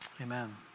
amen